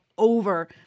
over